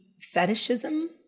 fetishism